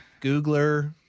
Googler